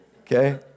okay